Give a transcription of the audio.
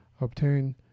obtain